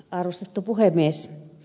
arvostettu puhemies